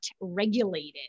regulated